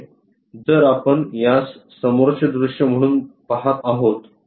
येथे जर आपण यास समोरचे दृश्य म्हणून पहात आहोत